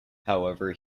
however